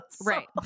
Right